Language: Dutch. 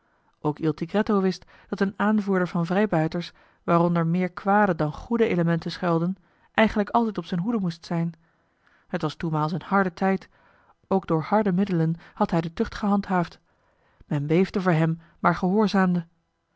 ook il tigretto wist dat een aanvoerder van vrijbuiters waaronder meer kwade dan goede elementen schuilden eigenlijk altijd op zijn hoede moest zijn het was toenmaals een harde tijd ook door harde middelen had hij de tucht gehandhaafd men beefde voor hem maar gehoorzaamde